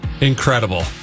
Incredible